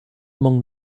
among